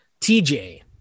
TJ